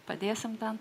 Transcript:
padėsime ten